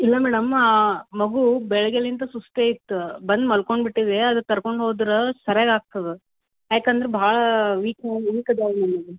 ಇಲ್ಲ ಮೇಡಮ್ ಆ ಮಗು ಬೆಳಿಗ್ಗೆಲಿಂತ ಸುಸ್ತೇ ಇತ್ತು ಬಂದು ಮಲಕೊಂಡ್ಬಿಟ್ಟಿದೆ ಅದು ಕರ್ಕೊಂಡು ಹೋದ್ರೆ ಸರ್ಯಾಗಿ ಆಗ್ತದೆ ಯಾಕಂದ್ರೆ ಭಾಳ ವೀಕು ವೀಕ್ ಅದಾಳೆ ನಿಮ್ಮ ಮಗಳು